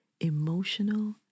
emotional